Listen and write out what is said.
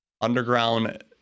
underground